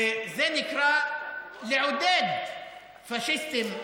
וזה נקרא לעודד פאשיסטים ניאו-נאצים,